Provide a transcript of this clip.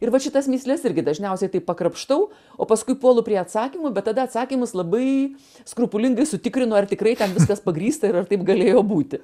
ir vat šitas mįsles irgi dažniausiai taip pakrapštau o paskui puolu prie atsakymų bet tada atsakymus labai skrupulingai sutikrinu ar tikrai ten viskas pagrįsta ir ar taip galėjo būti